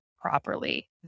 properly